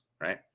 Right